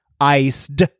iced